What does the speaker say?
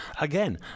again